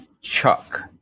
Chuck